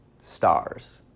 stars